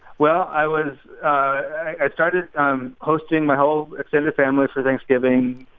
well, i was i started um hosting my whole extended family for thanksgiving.